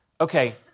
Okay